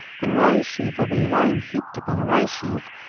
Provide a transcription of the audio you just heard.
and rye-sheaf will be lying heaped upon rye-sheaf,